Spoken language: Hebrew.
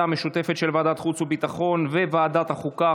החוץ והביטחון וועדת החוקה,